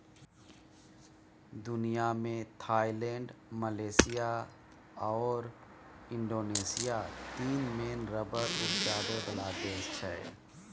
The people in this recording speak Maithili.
दुनियाँ मे थाइलैंड, मलेशिया आओर इंडोनेशिया तीन मेन रबर उपजाबै बला देश छै